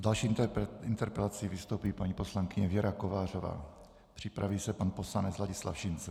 S další interpelací vystoupí paní poslankyně Věra Kovářová, připraví se pan poslanec Ladislav Šincl.